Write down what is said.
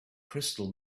crystal